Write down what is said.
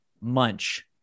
Munch